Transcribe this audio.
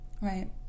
right